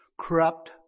corrupt